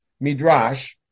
Midrash